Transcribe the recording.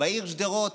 בעיר שדרות.